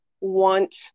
want